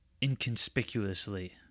inconspicuously